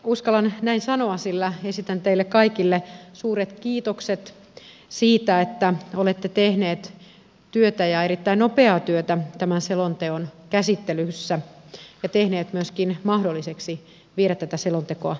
uskallan näin sanoa sillä esitän teille kaikille suuret kiitokset siitä että olette tehneet työtä ja erittäin nopeaa työtä tämän selonteon käsittelyssä ja tehneet myöskin mahdolliseksi viedä tätä selontekoa eteenpäin